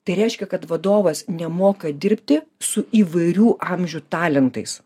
tai reiškia kad vadovas nemoka dirbti su įvairių amžių talentais